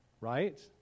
Right